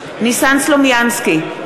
נגד ניסן סלומינסקי,